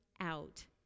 out